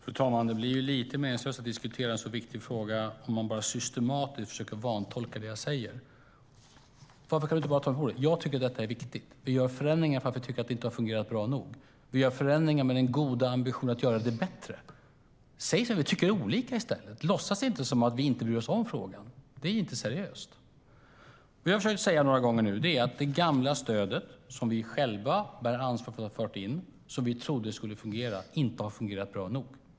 Fru talman! Det blir lite meningslöst att diskutera en sådan viktig fråga om du systematiskt bara försöker vantolka det jag säger, Patrik Björck. Varför kan du inte ta mig på orden? Jag tycker att detta är viktigt. Vi gör förändringar för att vi tycker att det inte har fungerat bra nog. Vi gör förändringar med den goda ambitionen att göra det bättre. Säg som det är i stället, att vi tycker olika. Att låtsas som vi inte bryr oss om frågan är inte seriöst. Det jag har försökt säga några gånger är att det gamla stödet, som vi själva bär ansvaret för att ha infört och som vi trodde skulle fungera, inte har fungerat bra nog.